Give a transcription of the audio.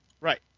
Right